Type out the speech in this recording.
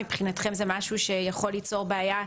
מבחינתכם זה משהו שיכול ליצור בעיה,